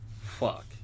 Fuck